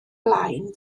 blaen